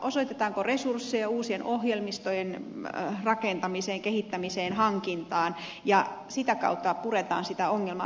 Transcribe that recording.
osoitetaanko resursseja uusien ohjelmistojen rakentamiseen kehittämiseen hankintaan ja sitä kautta puretaan sitä ongelmaa